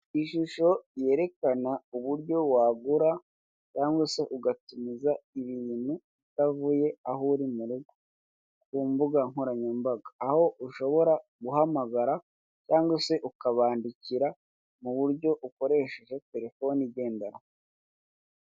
Ishusho yerekana uburyo wagura cyangwa se ugatumiza ibintu utavuye aho uri murugo, ku mbuga nkoranyambaga, aho ushobora guhamagara cyangwa se ukabandikira muburyo ukoresheje Telefone igendanwa.